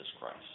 Christ